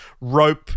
rope